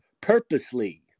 purposely